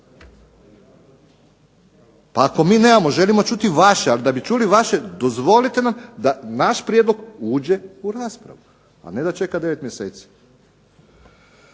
Ako mi nemamo, želimo čuti vaše. A da bi čuli vaše dozvolite nam da naš prijedlog uđe u raspravu, a ne da čeka 9 mjeseci.